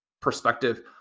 perspective